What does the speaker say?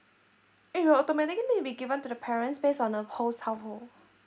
it will automatically be given to the parents based on a host household